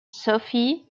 sophie